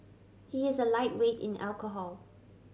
he is a lightweight in alcohol